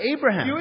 Abraham